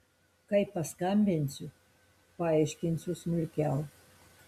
kai paskambinsiu paaiškinsiu smulkiau